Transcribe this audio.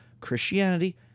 Christianity